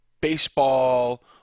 baseball